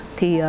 Thì